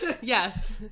yes